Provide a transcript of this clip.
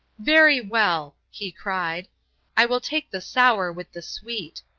very well, he cried i will take the sour with the sweet.